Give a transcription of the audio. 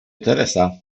teresa